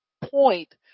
point